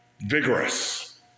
Vigorous